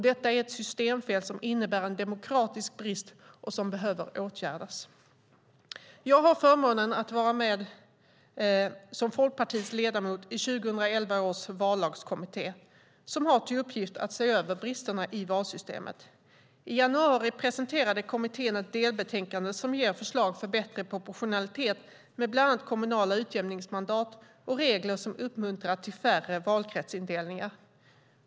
Detta är ett systemfel som innebär en demokratisk brist och behöver åtgärdas. Jag har förmånen att vara Folkpartiets ledamot i 2011 års vallagskommitté, som har till uppgift att se över bristerna i valsystemet. I januari presenterade kommittén ett delbetänkande som ger förslag för bättre proportionalitet, med bland annat kommunala utjämningsmandat och regler som uppmuntrar till färre valkretsindelningar.